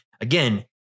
Again